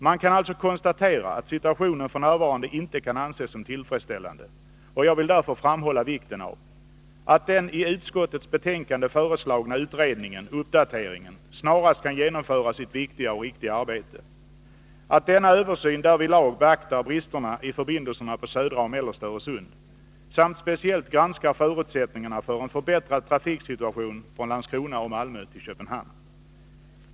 Man kan alltså konstatera att situationen f.n. inte kan anses som tillfredsställande. Jag vill därför framhålla vikten av: 1. att den i utskottets betänkande föreslagna utredningen — uppdateringen — snarast kan genomföra sitt viktiga och riktiga arbete, 2. att denna översyn därvidlag beaktar bristerna i förbindelserna på södra och mellersta Öresund, samt speciellt granskar förutsättningarna för en förbättrad trafiksituation från Landskrona och Malmö till Köpenhamn.